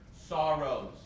sorrows